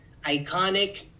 iconic